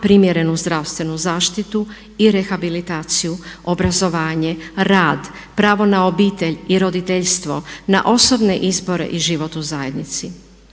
primjerenu zdravstvenu zaštitu i rehabilitaciju, obrazovanje, rad, pravo na obitelj i roditeljstvo, na osobne izbore i život u zajednici.